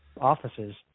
offices